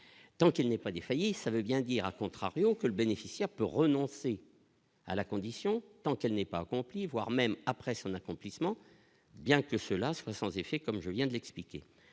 tant qu'il n'est pas défaillir, ça veut bien dire a contrario que le bénéficiaire peut renoncer. à la condition, tant qu'elle n'est pas accompli, voire même après son accomplissement, bien que cela se passe en effet comme je viens de l'expliquer